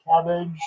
cabbage